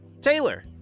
Taylor